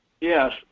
Yes